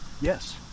Yes